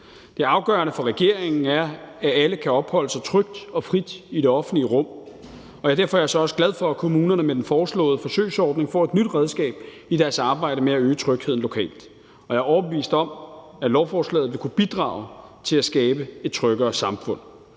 Det afgørende for regeringen er, at alle kan opholde sig trygt og frit i det offentlige rum, og jeg er derfor også glad for, at kommunerne med den foreslåede forsøgsordning får et nyt redskab i deres arbejde med at øge trygheden lokalt, og jeg er overbevist om, at lovforslaget vil kunne bidrage til at skabe et tryggere samfund.